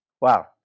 wow